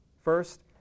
First